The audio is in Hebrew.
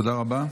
תודה רבה.